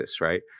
right